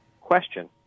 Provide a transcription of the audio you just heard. question